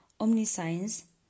omniscience